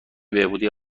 بهبودی